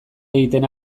egiten